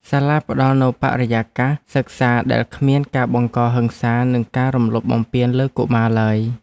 សាលាផ្តល់នូវបរិយាកាសសិក្សាដែលគ្មានការបង្កហិង្សានិងការរំលោភបំពានលើកុមារឡើយ។